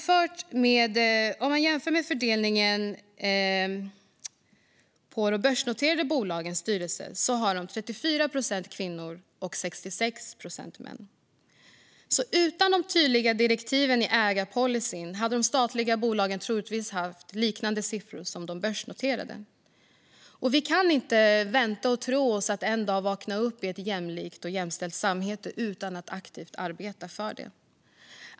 Fördelningen i de börsnoterade bolagens styrelser var, som en jämförelse, 34 procent kvinnor och 66 procent män. Utan de tydliga direktiven i ägarpolicyn hade de statliga bolagen troligtvis haft liknande siffror. Vi kan inte vänta oss eller tro att vi en dag ska vakna upp i ett jämlikt och jämställt samhälle utan att aktivt arbeta för detta.